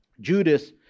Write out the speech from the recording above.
Judas